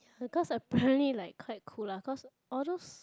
because apparently like quite cool lah cause all those